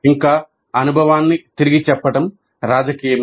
ఇంకా అనుభవాన్ని తిరిగి చెప్పడం రాజకీయమే